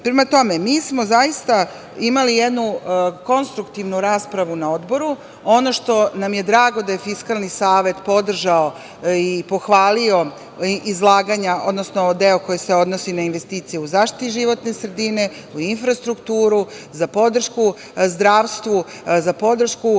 EU.Prema tome, mi smo zaista imali jednu konstruktivnu raspravu na odboru. Ono što nam je drago da je Fiskalni savet podržao i pohvalio deo koji se odnosi na investicije u zaštiti životne sredine, u infrastrukturu, za podršku zdravstvu, za podršku